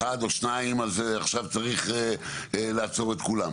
או שניים אז עכשיו צריך לעצור את כולם,